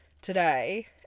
today